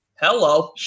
hello